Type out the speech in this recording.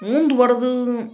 ಮುಂದ್ವರೆದ